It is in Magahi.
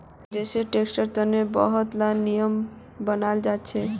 जै सै टैक्सेर तने बहुत ला नियम बनाल जाछेक